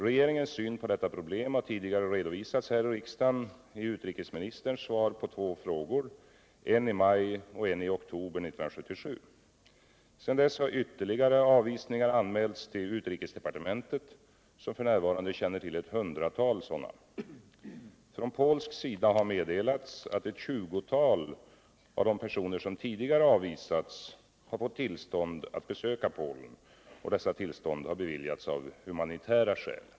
Regeringens syn på detta problem har tidigare redovisals här i riksdagen i utrikesministerns svar på två frågor, en i maj och en i oktober 1977. Sedan dess har ytterligare avvisningar anmälts till utrikesdepartementet, som f. n. känner till ett hundratal sådana. Från polsk sida har meddelats att ett tjugotal av de personer som tidigare avvisats har fått tillstånd att besöka Polen. Dessa tillstånd har beviljats av humanitära skäl.